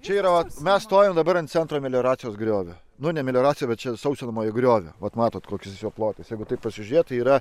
čia yra o mes stojam dabar ant centro melioracijos griovio nu ne melioracija bet sausinamąjį griovį vat matot koks jo plotis jeigu taip pasižiūrėt tai yra